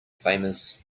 famous